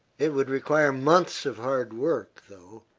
it would require months of hard work, though,